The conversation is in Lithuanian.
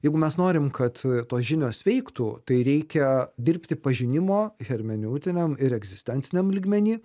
jeigu mes norim kad tos žinios veiktų tai reikia dirbti pažinimo hermeneutiniam ir egzistenciniam lygmeny